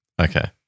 Okay